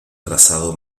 trazado